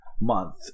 month